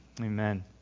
amen